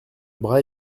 bras